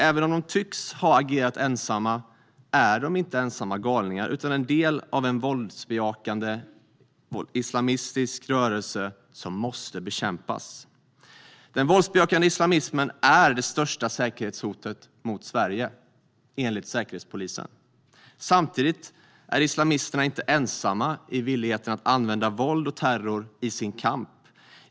Även om de tycks ha agerat ensamma är de inte ensamma galningar, utan en del av en våldsbejakande islamistisk rörelse som måste bekämpas. Den våldsbejakande islamismen är det största säkerhetshotet mot Sverige, enligt säkerhetspolisen. Samtidigt är islamisterna inte ensamma i villigheten att använda våld och terror i sin kamp.